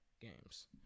games